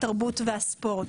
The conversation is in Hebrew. התרבות והספורט.